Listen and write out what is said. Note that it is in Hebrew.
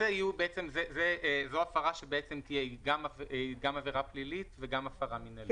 --- וזו הפרה שתהיה גם עבירה פלילית וגם הפרה מינהלית.